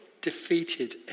defeated